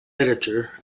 editor